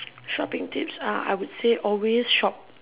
shopping tips ah I would say always shop